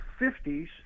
50s